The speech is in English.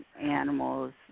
animals